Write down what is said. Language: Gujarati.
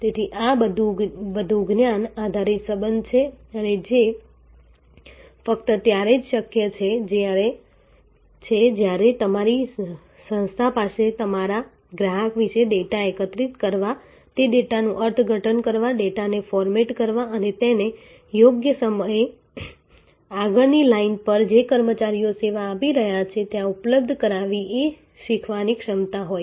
તેથી આ વધુ જ્ઞાન આધારિત સંબંધ છે અને જે ફક્ત ત્યારે જ શક્ય છે જ્યારે તમારી સંસ્થા પાસે તમારા ગ્રાહક વિશે ડેટા એકત્રિત કરવા તે ડેટાનું અર્થઘટન કરવા ડેટાને ફોર્મેટ કરવા અને તેને યોગ્ય સમયે આગળની લાઇન પર જે કર્મચારીઓ સેવા આપી રહ્યા છે ત્યાં ઉપલબ્ધ કરવી એ શીખવાની ક્ષમતા હોય